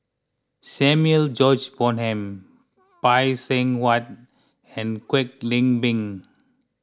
Samuel George Bonham Phay Seng Whatt and Kwek Leng Beng